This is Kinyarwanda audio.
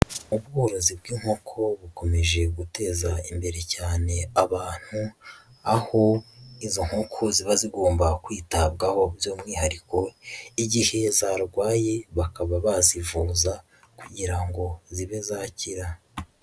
Ubworozi bw'inkoko bukomeje guteza imbere cyane abantu, aho izo nkoko ziba zigomba kwitabwaho by'umwihariko igihe zarwaye bakaba bazivuza kugira ngo zibe zakira.